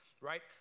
right